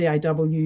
DAW